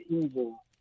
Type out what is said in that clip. evil